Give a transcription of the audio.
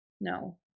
No